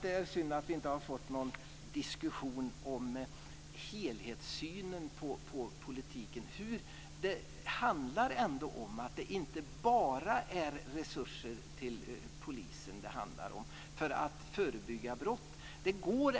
Det är synd att det inte har blivit någon diskussion om helhetssynen på politiken. Det är ändå inte bara resurser till polisen för att förebygga brott som det handlar om.